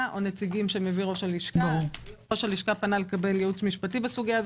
או נציגים שמביא ראש הלשכה ראש הלשכה פנה לקבל ייעוץ משפטי בסוגיה.